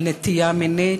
נטייה מינית,